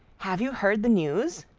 have you heard the news?